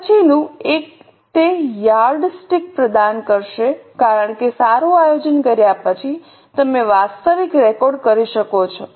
પછીનું એક તે યાર્ડસ્ટિક પ્રદાન કરશે કારણ કે સારું આયોજન કર્યા પછી તમે વાસ્તવિક રેકોર્ડ કરી શકો છો